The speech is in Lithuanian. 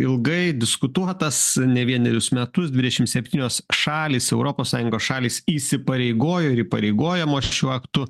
ilgai diskutuotas ne vienerius metus dvidešim septynios šalys europos sąjungos šalys įsipareigojo ir įpareigojamos šiuo aktu